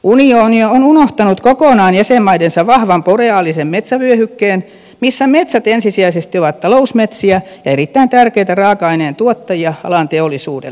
unioni on unohtanut kokonaan jäsenmaidensa vahvan boreaalisen metsävyöhykkeen missä metsät ensisijaisesti ovat talousmetsiä ja erittäin tärkeitä raaka aineen tuottajia alan teollisuudelle